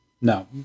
no